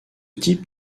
type